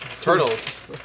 Turtles